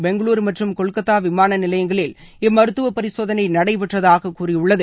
பெங்களூரு மற்றும் கொல்கத்தா விமான நிலையங்களில் இம்மருத்துவ பரிசோதனை நடைபெற்றதாக கூறியுள்ளது